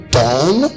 done